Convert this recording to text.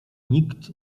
nikt